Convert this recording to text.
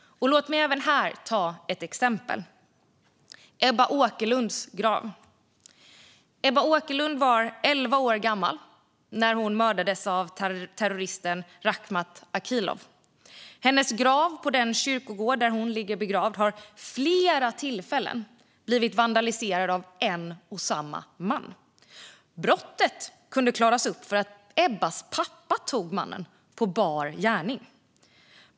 Låt mig även här ta ett exempel: Ebba Åkerlunds grav. Ebba Åkerlund var elva år gammal när hon mördades av terroristen Rakhmat Akilov. Hennes grav på den kyrkogård där hon ligger begravd har vid flera tillfällen blivit vandaliserad av en och samma man. Brottet kunde klaras upp för att Ebbas pappa tog mannen på bar gärning.